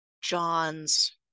John's